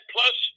Plus